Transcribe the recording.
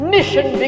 Mission